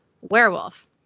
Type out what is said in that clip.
Werewolf